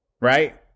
Right